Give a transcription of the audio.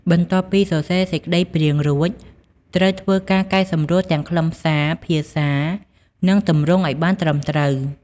បន្ទាប់ពីសរសេរសេចក្តីព្រាងរួច ត្រូវធ្វើការកែសម្រួលទាំងខ្លឹមសារ ភាសា និងទម្រង់ឲ្យបានត្រឹមត្រូវ។